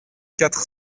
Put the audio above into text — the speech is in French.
quatre